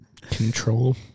control